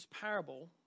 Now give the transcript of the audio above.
parable